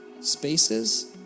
spaces